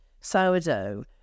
sourdough